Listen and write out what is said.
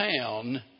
town